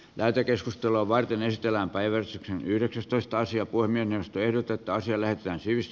lähetekeskustelua vai pinnistellään päiväys yhdeksästoista sija voimien yhteen otetaan siellä etäisyys